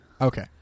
Okay